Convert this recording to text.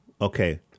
Okay